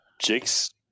Jake's